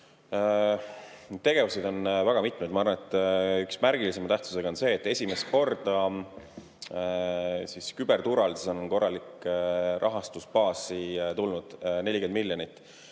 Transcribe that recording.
Tegevusi on väga mitmeid. Ma arvan, et üks märgilisema tähtsusega [tõsiasi] on see, et esimest korda on küberturvalisusesse korralik rahastusbaas tulnud, 40 miljonit.